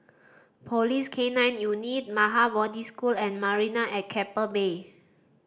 Police K Nine Unit Maha Bodhi School and Marina at Keppel Bay